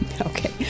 Okay